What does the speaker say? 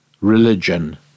religion